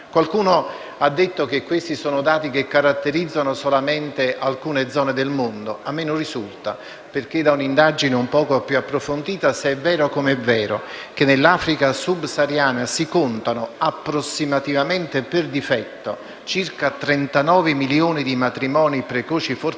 Qualcuno ha detto che questi dati caratterizzano solamente alcune zone del mondo. A me non risulta, perché da un'indagine più approfondita, se è vero che nell'Africa subsahariana si contano approssimativamente (e per difetto) circa 39 milioni di matrimoni precoci e forzati,